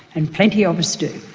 and plenty of us do.